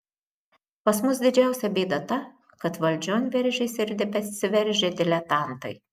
pas mus didžiausia bėda ta kad valdžion veržėsi ir tebesiveržia diletantai